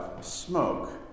smoke